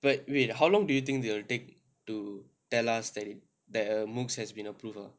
but wait how long do you think they will take to tell us that that a moocs has been approval